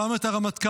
גם את הרמטכ"ל,